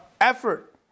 effort